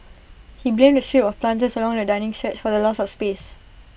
he blamed A strip of planters along the dining stretch for the loss of space